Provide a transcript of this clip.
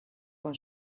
con